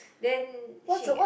then she